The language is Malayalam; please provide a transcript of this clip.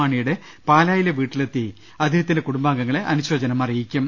മാണിയുടെ പാലായിലെ വീട്ടിലെത്തി അദ്ദേഹത്തിന്റെ കുടുംബാംഗങ്ങളെ അനുശോചനം അറി യിക്കും